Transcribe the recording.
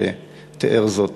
שתיאר זאת